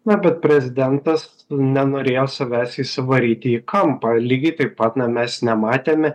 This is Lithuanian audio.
na bet prezidentas nenorėjo savęs įsivaryti į kampą lygiai taip pat na mes nematėme